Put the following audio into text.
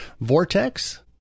Vortex